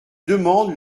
demande